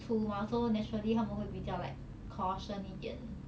出 mah so naturally 他们会比较 like caution 一点